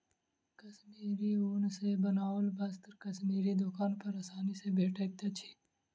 कश्मीरी ऊन सॅ बनाओल वस्त्र कश्मीरी दोकान पर आसानी सॅ भेटैत अछि